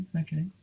Okay